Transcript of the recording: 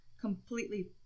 completely